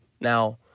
now